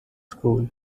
school